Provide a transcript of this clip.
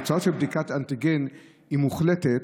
שהתוצאה של בדיקת אנטיגן היא מוחלטת,